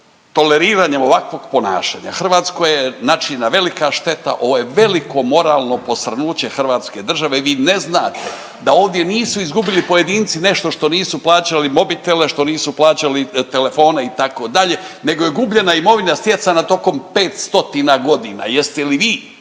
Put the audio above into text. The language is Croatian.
toleriranjem ovakvog ponašanja, Hrvatskoj je načinjena velika šteta, ovo je veliko moralno posrnuće hrvatske države. Vi ne znate da ovdje nisu izgubili pojedinci nešto što nisu plaćali mobitele, što nisu plaćali telefone, itd., nego je gubljena imovina stjecana tokom 5 stotina godina. Jeste li vi,